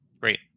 Great